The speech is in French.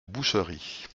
boucherie